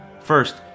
First